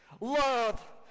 Love